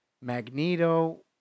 Magneto